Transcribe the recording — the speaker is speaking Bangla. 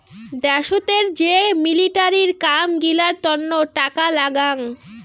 দ্যাশোতের যে মিলিটারির কাম গিলার তন্ন টাকা লাগাং